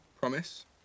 promise